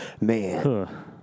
man